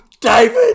David